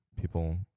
people